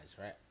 right